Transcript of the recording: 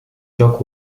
çok